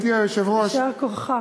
יישר כוחה.